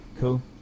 Cool